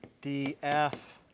d, f,